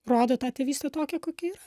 rodo tą tėvystę tokią kokia yra